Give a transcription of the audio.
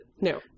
no